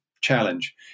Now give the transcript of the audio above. challenge